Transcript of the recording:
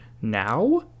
now